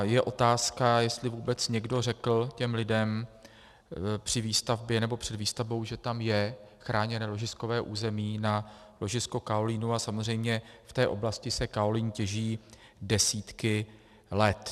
Je otázka, jestli vůbec někdo řekl těm lidem při výstavbě nebo před výstavbou, že tam je chráněné ložiskové území na ložisko kaolínu, a samozřejmě v té oblasti se kaolín těží desítky let.